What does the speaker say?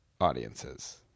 audiences